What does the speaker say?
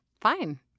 fine